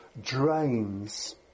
drains